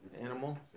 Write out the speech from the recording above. animal